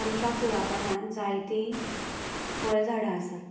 आमच्या कुळागरांत जायती फळ झाडां आसात